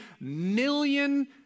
million